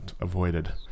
avoided